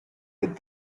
with